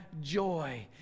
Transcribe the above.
joy